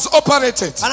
operated